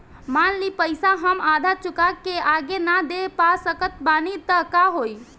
मान ली पईसा हम आधा चुका के आगे न दे पा सकत बानी त का होई?